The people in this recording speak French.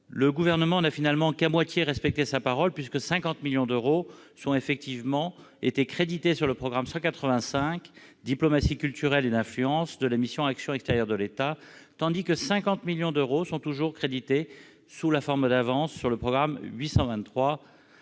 ou dotations. Il n'a qu'à moitié respecté sa parole, puisque 50 millions d'euros ont effectivement été crédités sur le programme 185, « Diplomatie culturelle et d'influence », de la mission « Action extérieure de l'État », tandis que 50 millions d'euros sont toujours crédités sous la forme d'avance sur le programme 823,